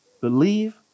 believe